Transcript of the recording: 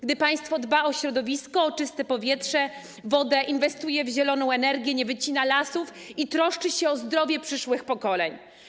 Gdy państwo dba o środowisko, o czyste powietrze, wodę, inwestuje w zieloną energię, nie wycina lasów i troszczy się o zdrowie przyszłych pokoleń.